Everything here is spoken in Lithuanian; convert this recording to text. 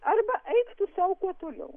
arba eik tu sau kuo toliau